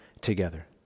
together